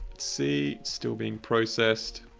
see still being processed